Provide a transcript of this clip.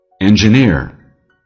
Engineer